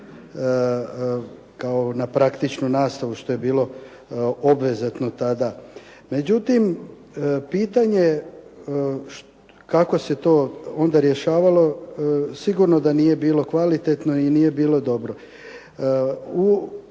kao na praktičnu nastavu, što je bilo obvezatno tada. Međutim, pitanje kako se to onda rješavalo sigurno da nije bilo kvalitetno i nije bilo dobro.